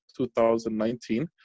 2019